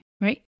right